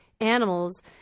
animals